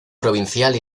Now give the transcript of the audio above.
provincial